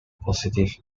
positive